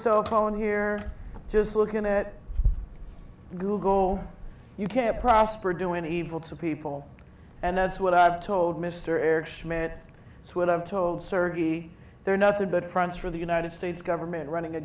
cell phone here just looking at google you can prosper doing evil to people and that's what i've told mr eric schmidt it's what i'm told certainly they're nothing but fronts for the united states government running a